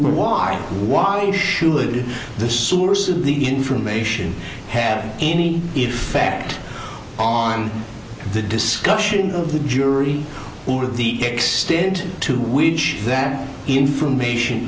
memoir why should the source of the information have any effect on the discussion of the jury pool of the extent to which that information